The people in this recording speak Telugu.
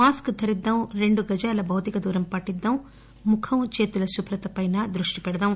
మాస్క ధరిద్దాం రెండు గజాల భౌతిక దూరం పాటిద్దాం ముఖం చేతుల శుభ్రతపై దృష్టి పెడదాం